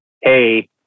hey